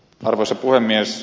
arvoisa puhemies